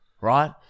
right